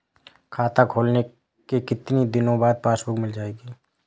खाता खोलने के कितनी दिनो बाद पासबुक मिल जाएगी?